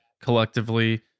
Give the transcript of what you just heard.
collectively